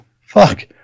fuck